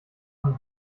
von